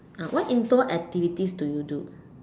ah what indoor activities do you do